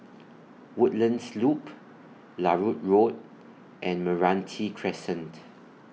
Woodlands Loop Larut Road and Meranti Crescent